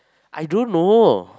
I don't know